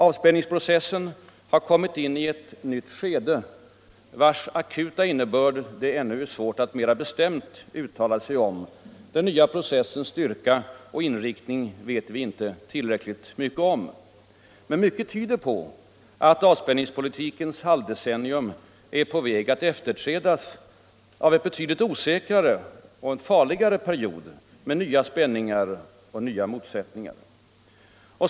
Avspänningsprocessen har kommit in i ett nytt skede, vars akuta innebörd det ännu är svårt att mera bestämt uttala sig om. Den nya processens styrka och inriktning vet vi inte tillräckligt om. Men mycket tyder på att avspänningspolitikens halvdecennium är på väg att efterträdas av en betydligt osäkrare och farligare period med nya spänningar och nya motsättningar.